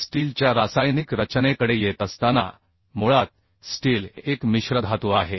आता स्टीलच्या रासायनिक रचनेकडे येत असताना मुळात स्टील हे एक मिश्रधातू आहे